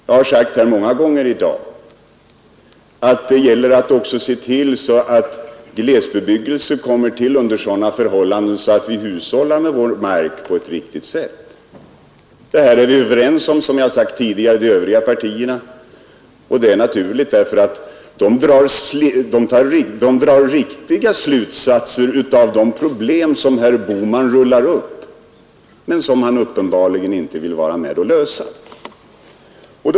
Jag har sagt många gånger i dag att det gäller att se till att också glesbebyggelsen tillkommer under sådana förhållanden att vi hushållar med vår mark på ett riktigt sätt. Som jag har sagt tidigare är vi överens med de övriga partierna om detta; och det är naturligt, eftersom de drar riktiga slutsatser av de problem som herr Bohman rullar upp men som han uppenbarligen inte vill vara med om att lösa.